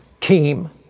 team